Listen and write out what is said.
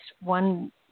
one